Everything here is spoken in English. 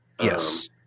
Yes